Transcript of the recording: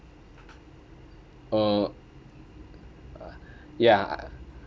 uh ya